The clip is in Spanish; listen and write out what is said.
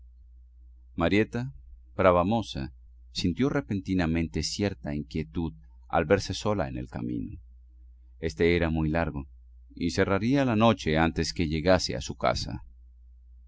marieta brava moza sintió repentinamente cierta inquietud al verse sola en el camino éste era muy largo y cerraría la noche antes que llegase a su casa